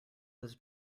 was